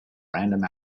random